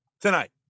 tonight